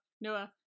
Noah